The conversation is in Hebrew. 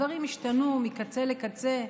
דברים השתנו מקצה לקצה,